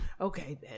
okay